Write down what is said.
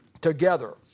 together